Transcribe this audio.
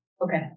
Okay